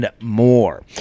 More